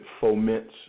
foments